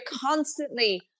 constantly